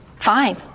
fine